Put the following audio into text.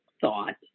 thought